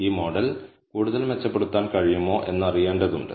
ഈ മോഡൽ കൂടുതൽ മെച്ചപ്പെടുത്താൻ കഴിയുമോ എന്നറിയേണ്ടതുണ്ട്